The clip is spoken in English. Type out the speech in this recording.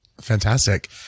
Fantastic